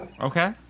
okay